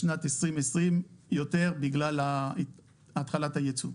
בשנת 2020 יותר בגלל התחלת הייצוא.